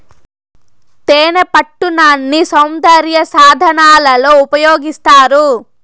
తేనెపట్టు నాన్ని సౌందర్య సాధనాలలో ఉపయోగిస్తారు